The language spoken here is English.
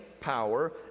power